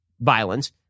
violence